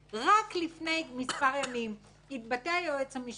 רק לפני מספר ימים התבטא היועץ המשפטי